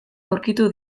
aurkitu